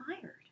hired